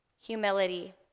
humility